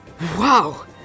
Wow